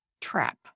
trap